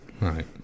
Right